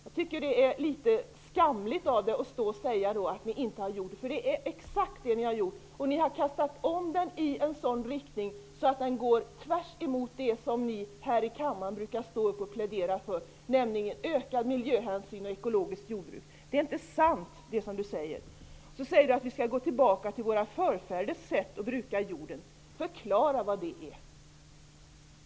Jag tycker att det är skamligt av dig att säga att ni inte har kastat om politiken. Det är precis det ni har gjort. Ni har kastat om politiken i en sådan riktning att den går tvärs emot det som ni brukar plädera för här i kammaren, nämligen ökad miljöhänsyn och ekologiskt jordbruk. Carl Olov Persson säger att vi skall gå tillbaka till våra förfäders sätt att bruka jorden. Förklara vad det innebär.